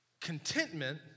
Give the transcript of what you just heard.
Contentment